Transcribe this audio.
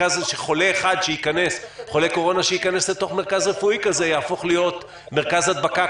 שחולה קורונה אחד שייכנס אל תוך מרכז רפואי יהפוך להיות מרכז הדבקה,